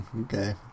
Okay